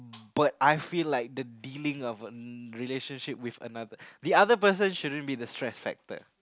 but I feel like the dealing of a relationship with another the other person shouldn't be a stress factor